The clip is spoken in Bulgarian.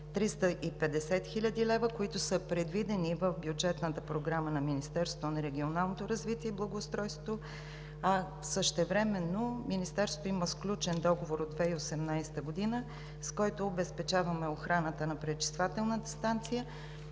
350 хил. лв., които са предвидени в бюджетната програма на Министерството на регионалното развитие и благоустройството, а същевременно Министерството има сключен договор от 2018 г., с който обезпечаваме охраната на пречиствателната станция,